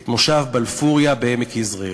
את מושב בלפוריה בעמק-יזרעאל.